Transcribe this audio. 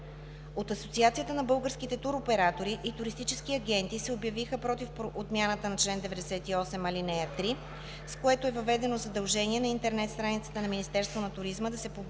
От Асоциация на българските туроператори и туристически агенти се обявиха против отмяната на чл. 98, ал. 3, с която е въведено задължение на интернет страницата на Министерството на туризма да се публикува